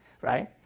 right